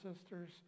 sisters